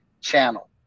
channel